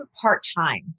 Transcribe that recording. part-time